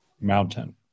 mountain